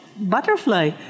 butterfly